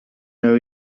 know